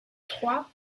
trois